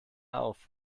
auf